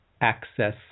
access